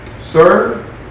Sir